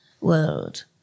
world